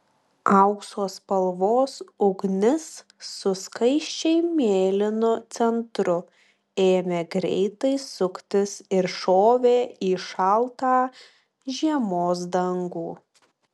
aukso spalvos ugnis su skaisčiai mėlynu centru ėmė greitai suktis ir šovė į šaltą žiemos dangų